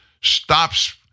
stops